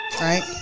right